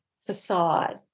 facade